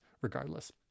regardless